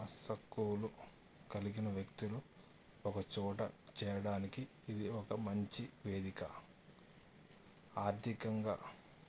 అసక్కువలు కలిగిన వ్యక్తులు ఒక చోట చేయడానికి ఇది ఒక మంచి వేదిక ఆర్థికంగా